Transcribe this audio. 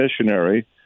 missionary